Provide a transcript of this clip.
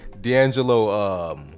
D'Angelo